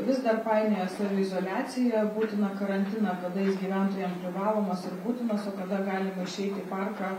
vis dar painioja saviizoliaciją būtiną karantiną kada jis gyventojam privalomas ir būtinas o kada galima išeit į parką